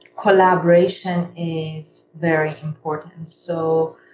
collaboration is very important. so,